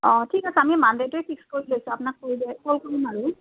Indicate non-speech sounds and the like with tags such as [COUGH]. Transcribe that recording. অঁ ঠিক আছে আমি মানডেটোৱেই ফিক্স কৰি লৈছোঁ আপোনাক [UNINTELLIGIBLE] কল কৰিম আৰু